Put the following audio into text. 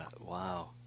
Wow